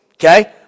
Okay